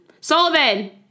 Sullivan